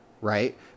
right